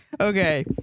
Okay